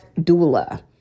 doula